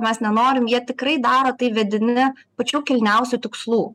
mes nenorim jie tikrai daro tai vedini pačių kilniausių tikslų